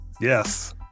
Yes